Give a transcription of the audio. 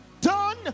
done